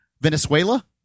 Venezuela